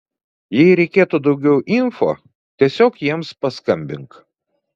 jei reikėtų daugiau info tiesiog jiems paskambink